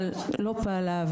אבל היא לא פעלה,